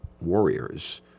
warriors